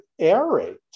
aerate